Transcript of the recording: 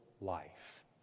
Life